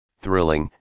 thrilling